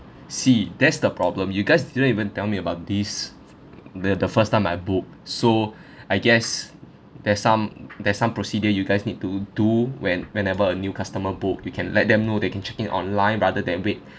see that's the problem you guys didn't even tell me about this the the first time I book so I guess there's some there's some procedure you guys need to do when whenever a new customer book you can let them know they can check in online rather than wait